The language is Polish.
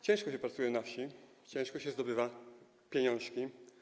Ciężko się pracuje na wsi, ciężko się zdobywa pieniążki.